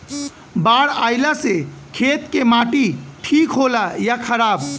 बाढ़ अईला से खेत के माटी ठीक होला या खराब?